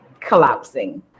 collapsing